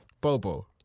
Bobo